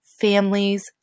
families